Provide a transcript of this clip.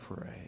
pray